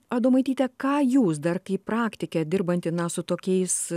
adomaityte ką jūs dar kaip praktikė dirbanti su tokiais